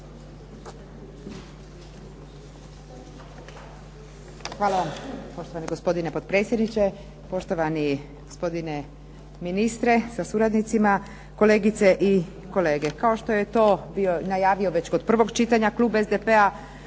Hvala vam poštovani gospodine potpredsjedniče, poštovani gospodine ministre sa suradnicima, kolegice i kolege. Kao što je to bio najavio već kod prvog čitanja klub SDP-a